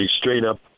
straight-up